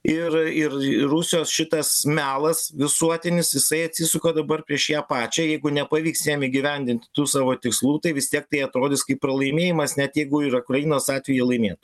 ir ir rusijos šitas melas visuotinis jisai atsisuko dabar prieš ją pačią jeigu nepavyks jiem įgyvendinti tų savo tikslų tai visi apie atrodys kaip pralaimėjimas net jeigu ir ukrainos atveju jie laimėtų